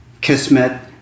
Kismet